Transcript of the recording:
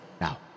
Now